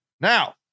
Now